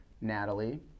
natalie